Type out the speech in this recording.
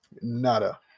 Nada